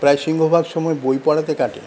প্রায় সিংহভাগ সময় বই পড়াতে কাটে